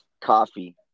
Coffee